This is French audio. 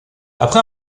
après